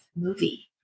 movie